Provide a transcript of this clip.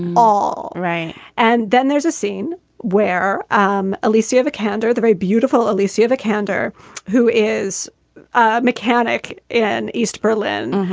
all right. and then there's a scene where um elisa of a candar, the very beautiful alesia of candor, who is a mechanic in east berlin.